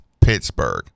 Pittsburgh